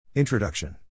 Introduction